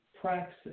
praxis